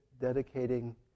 dedicating